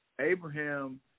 Abraham